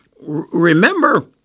remember